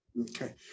okay